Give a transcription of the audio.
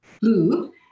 blue